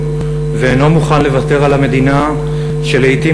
ואינו מוכן לוותר על המדינה שלעתים,